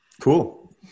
Cool